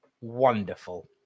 wonderful